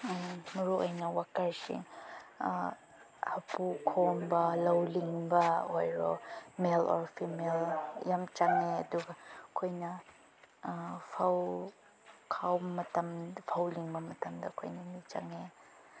ꯃꯔꯨ ꯑꯣꯏꯅ ꯋꯥꯀꯔꯁꯤꯡ ꯍꯥꯄꯨ ꯈꯣꯝꯕ ꯂꯧ ꯂꯤꯡꯕ ꯑꯣꯏꯔꯣ ꯃꯦꯜ ꯑꯣꯔ ꯐꯤꯃꯦꯜ ꯌꯥꯝ ꯆꯪꯉꯦ ꯑꯗꯨꯒ ꯑꯩꯈꯣꯏꯅ ꯐꯧ ꯈꯥꯎꯕ ꯃꯇꯝꯗ ꯐꯧ ꯂꯤꯡꯕ ꯃꯇꯝꯗ ꯑꯩꯈꯣꯏꯅ ꯃꯤ ꯆꯪꯉꯦ